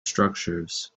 structures